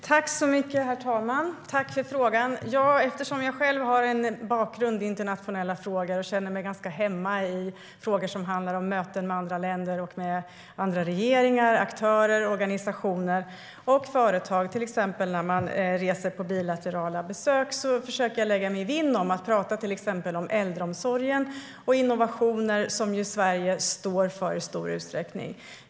Herr talman! Jag tackar Hans Rothenberg för frågan. Eftersom jag har en bakgrund i internationella frågor och känner mig ganska hemma i frågor som handlar om möten med andra länder, andra regeringar, aktörer, organisationer och företag försöker jag vid bilaterala besök lägga mig vinn om att tala om äldreomsorg och innovationer, som Sverige står för i stor utsträckning.